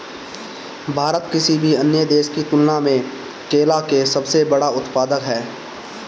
भारत किसी भी अन्य देश की तुलना में केला के सबसे बड़ा उत्पादक ह